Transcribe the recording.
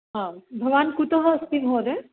आं भवान् कुतः अस्ति महोदय